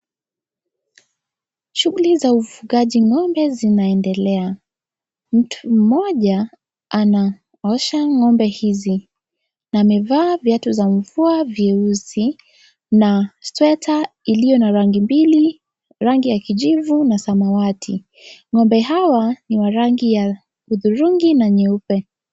Shughuli za ufugaji ng'ombe zinaendelea . Mtu mmoja anosha ng'ombe hizi na amevaa viatu za mvua vyeusi na sweta iliyo na rangi mbili , rangi ya kijivu na samawati . Ng'ombe hawa ni wa rangi ya hudhurungi na nyeupe.